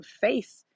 face